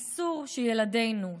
אסור שילדינו,